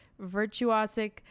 virtuosic